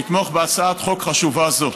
לתמוך בהצעת חוק חשובה זו.